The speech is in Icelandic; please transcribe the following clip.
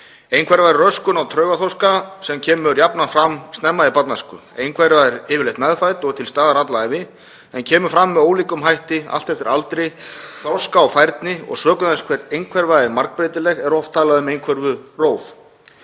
einhverja röskun á taugaþroska sem kemur jafnan fram snemma í barnæsku. Einhverfa er yfirleitt meðfædd og til staðar alla ævi en kemur fram með ólíkum hætti, allt eftir aldri og þroska og færni og sökum þess hve einhverfa er margbreytileg er oft talað um einhverfuróf.